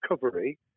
recovery